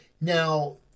Now